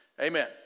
Amen